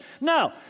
No